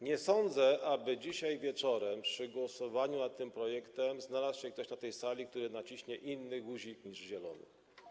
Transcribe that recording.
Nie sądzę, aby dzisiaj wieczorem, przy głosowaniu nad tym projektem, znalazł się na tej sali ktoś, kto naciśnie inny guzik niż zielony.